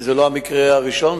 וזה לא המקרה הראשון,